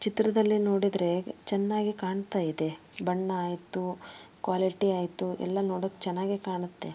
ಚಿತ್ರದಲ್ಲಿ ನೋಡಿದರೆ ಚೆನ್ನಾಗಿ ಕಾಣ್ತಾ ಇದೆ ಬಣ್ಣ ಆಯಿತು ಕ್ವಾಲಿಟಿ ಆಯಿತು ಎಲ್ಲ ನೋಡೋಕ್ಕೆ ಚೆನ್ನಾಗೆ ಕಾಣತ್ತೆ